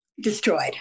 destroyed